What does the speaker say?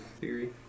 theory